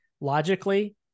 logically